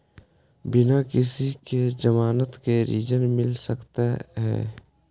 बिना किसी के ज़मानत के ऋण मिल सकता है?